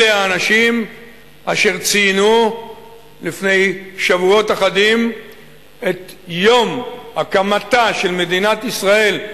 אלה האנשים אשר ציינו לפני שבועות אחדים את יום הקמתה של מדינת ישראל,